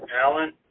Alan